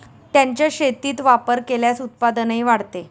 त्यांचा शेतीत वापर केल्यास उत्पादनही वाढते